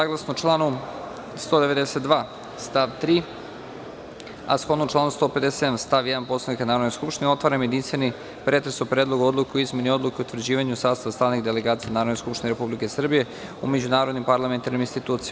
Saglasno članu 192. stav 3, a shodno članu 157. stav 1. Poslovnika Narodne skupštine, otvaram jedinstveni pretres o Predlogu odluke o izmenama Odluke o utvrđivanju sastava stalnih delegacija Narodne skupštine Republike Srbije u međunarodnim parlamentarnim institucijama.